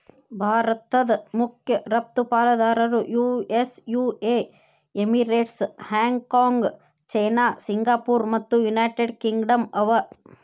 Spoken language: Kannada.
ಭಾರತದ್ ಮಖ್ಯ ರಫ್ತು ಪಾಲುದಾರರು US UA Emirates, Hong Kong China Singapore ಮತ್ತು ಯುನೈಟೆಡ್ ಕಿಂಗ್ಡಮ್ ಅವ